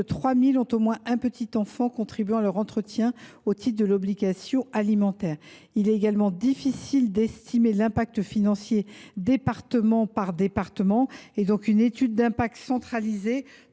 3 000 ont au moins un petit enfant contribuant à leur entretien au titre de l’obligation alimentaire. Il est également difficile d’estimer l’impact financier département par département. Une étude d’impact centralisée